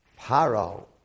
Paro